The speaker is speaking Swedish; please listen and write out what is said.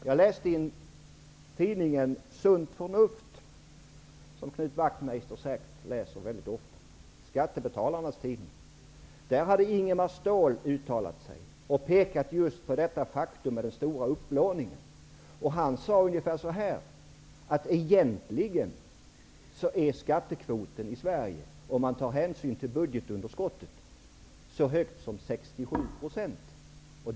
Jag läste i tidningen Sunt Förnuft, skattebetalarnas tidning, som Knut Wachtmeister säkerligen läser mycket ofta, att Ingemar Ståhl hade uttalat sig om den stora upplåningen. Han sade ungefär att skattekvoten i Sverige, om man tar hänsyn till budgetunderskottet, egentligen är så hög som 67 %.